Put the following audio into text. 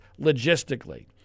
logistically